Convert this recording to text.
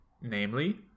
Namely